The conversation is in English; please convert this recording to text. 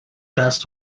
best